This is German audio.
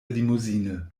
limousine